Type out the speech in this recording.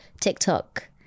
tiktok